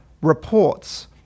reports